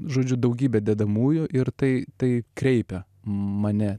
žodžiu daugybę dedamųjų ir tai tai kreipia mane